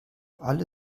alle